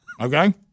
Okay